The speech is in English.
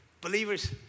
Believers